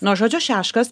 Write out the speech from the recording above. nuo žodžio šeškas